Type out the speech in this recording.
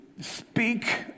speak